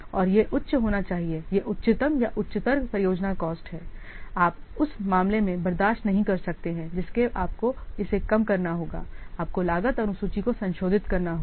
और यह उच्च होना चाहिए यह उच्चतम या उच्चतर परियोजना कॉस्ट है आप उस मामले में बर्दाश्त नहीं कर सकते हैं जिसे आपको इसे कम करना होगा आपको लागत अनुसूची को संशोधित करना होगा